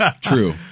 True